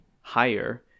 higher